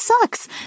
sucks